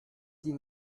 die